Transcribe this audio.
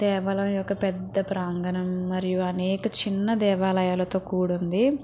దేవాలయం యొక్క పెద్ద ప్రాంగణం మరియు అనేక చిన్నదేవాలయాలతో కూడి ఉంది